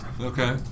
Okay